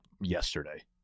yesterday